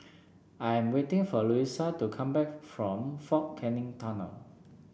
I am waiting for Louisa to come back from Fort Canning Tunnel